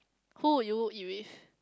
who would you eat with